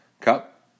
Cup